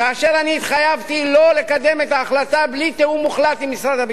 אני התחייבתי לא לקדם את ההחלטה בלי תיאום מוחלט עם משרד הביטחון.